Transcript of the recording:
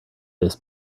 this